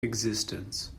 existence